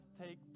take